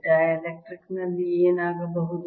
dielectric ನಲ್ಲಿ ಏನಾಗಬಹುದು